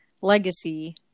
Legacy